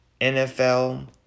NFL